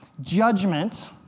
Judgment